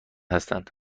هستند